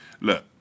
look